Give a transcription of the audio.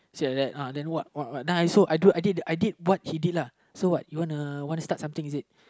say like that uh then what what what then I alsouhI do I did did did what he did uh so you what you wanna wanna start something is it